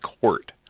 Court